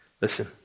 Listen